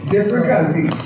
Difficulty